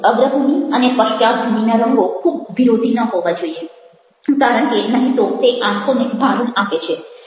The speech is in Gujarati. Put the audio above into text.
અગ્રભૂમિ અને પશ્ચાદભૂમિના રંગો ખૂબ વિરોધી ન હોવા જોઈએ કારણ કે નહિ તો તે આંખોને ભારણ આપે છે